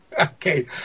Okay